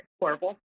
horrible